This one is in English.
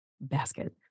basket